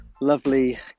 lovely